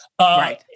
Right